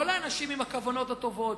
לא לאנשים עם הכוונות הטובות,